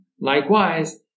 Likewise